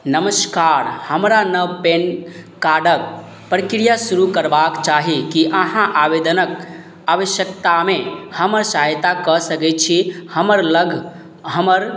नमस्कार हमरा नव पैन कार्डके प्रक्रिया शुरू करबाक चाही कि अहाँ आवेदनके आवश्यकतामे हमर सहायता कऽ सकै छी हमरलग हमर